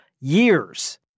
years